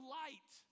light